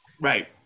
Right